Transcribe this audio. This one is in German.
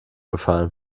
gefallen